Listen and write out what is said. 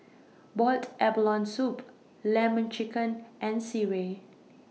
boiled abalone Soup Lemon Chicken and Sireh